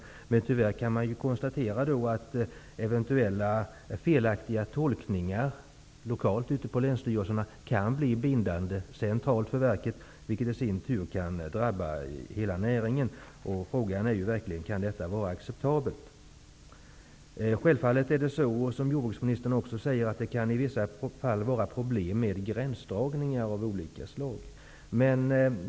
Jag kan tyvärr konstatera att eventuella felaktiga tolkningar lokalt på länsstyrelserna kan bli bindande för verket centralt, vilket i sin tur kan drabba hela näringen. Kan detta vara acceptabelt? Självfallet kan det, som jordbruksministern också säger, i vissa fall vara problem med gränsdragningar av olika slag.